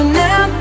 now